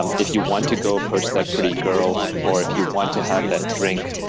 um if you want to go approach that pretty girl, or if you want to have that drink,